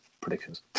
predictions